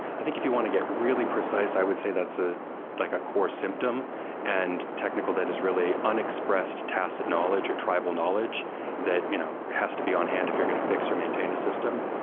i think if you want to get really precise i would say that's ah like a core symptom and technical that is really unexpressed tacit knowledge or tribal knowledge that you know has to be on-hand if you're going to fi x or maintain a system,